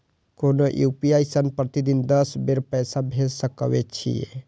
कोनो यू.पी.आई सं प्रतिदिन दस बेर पैसा भेज सकै छी